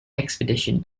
expedition